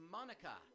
Monica